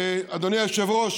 אדוני היושב-ראש,